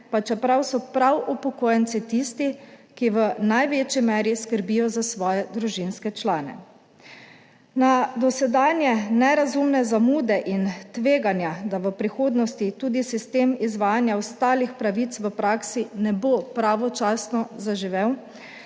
pa čeprav so prav upokojenci tisti, ki v največji meri skrbijo za svoje družinske člane. Na dosedanje nerazumne zamude in tveganja, da v prihodnosti tudi sistem izvajanja ostalih pravic v praksi ne bo pravočasno zaživel